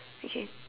okay